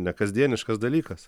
nekasdieniškas dalykas